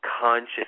Conscious